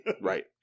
Right